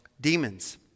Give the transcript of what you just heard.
demons